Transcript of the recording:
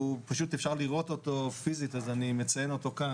פשוט אפשר לראות אותו פיזית אז אני מציין אותו כאן.